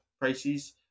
prices